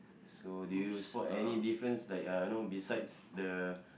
so do you spot any difference like uh know besides the